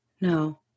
no